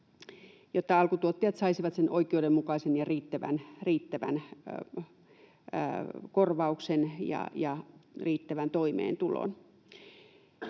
jotta alkutuottajat saisivat sen oikeudenmukaisen ja riittävän korvauksen ja riittävän